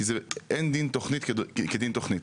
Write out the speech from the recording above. כי זה, אין דין תוכנית כדין תוכנית.